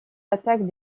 attaques